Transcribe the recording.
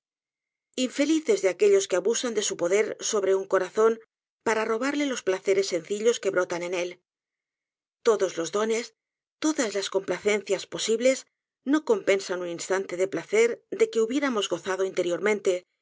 infelices de aquellos que abusan de su poder sobre un corazón para robarle los placeres sencillos que brotan en él todos los dones todas las complacencias posibles no compensan un instante de placer de que hubiéramos gozado interiormente